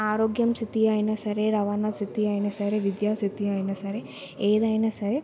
ఆరోగ్యం స్థితి అయినా సరే రవాణా స్థితి అయినా సరే విద్యా స్థితి అయినా సరే ఏదైనా సరే